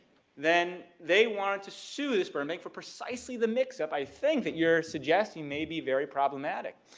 then they wanted to sue this sperm bank for precisely the mix-up i think that you're suggesting maybe very problematic.